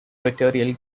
equatorial